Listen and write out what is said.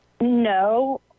No